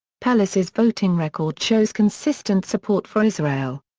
pelosi's voting record shows consistent support for israel.